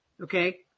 Okay